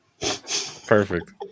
perfect